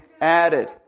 added